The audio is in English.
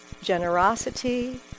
generosity